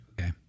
Okay